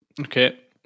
Okay